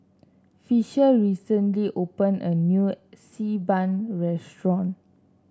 Fisher recently opened a new Xi Ban restaurant